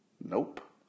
Nope